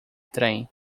trem